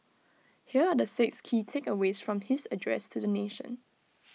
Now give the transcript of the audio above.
here are the six key takeaways from his address to the nation